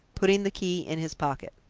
putting the key in his pocket.